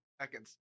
Seconds